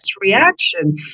reaction